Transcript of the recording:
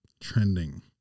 trending